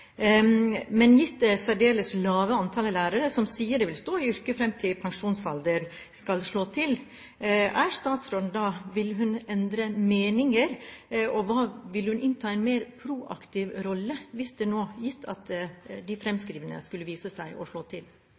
Men gitt at det særdeles lave antall lærere som sier de vil stå i yrket fram til pensjonsalder, skal slå til, vil statsråden da endre mening? Og vil hun innta en mer proaktiv rolle, gitt at de fremskrivningene skulle vise seg å slå til?